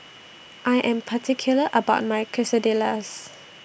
I Am particular about My Quesadillas